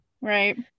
Right